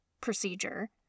procedure